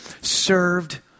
served